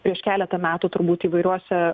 prieš keletą metų turbūt įvairiuose